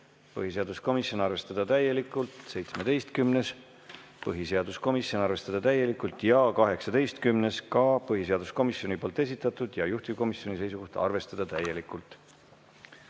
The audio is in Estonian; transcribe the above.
põhiseaduskomisjonilt, arvestada täielikult. 17., põhiseaduskomisjonilt, arvestada täielikult. 18., ka põhiseaduskomisjoni esitatud ja juhtivkomisjoni seisukoht on arvestada täielikult.